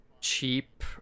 cheap